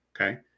Okay